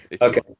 Okay